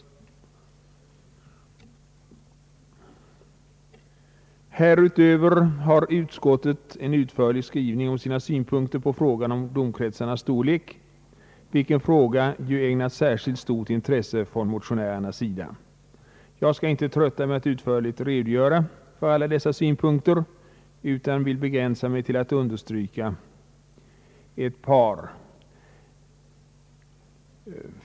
Härutöver har utskottet en utförlig skrivning om sina synpunkter på frågan om domkretsarnas storlek, vilken fråga ägnats särskilt stort intresse från motionärernas sida. Jag skall inte trötta kammaren med att utförligt redogöra för alla dessa synpunkter, utan vill begrän sa mig till att understryka ett par.